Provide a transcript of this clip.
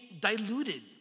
diluted